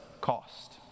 cost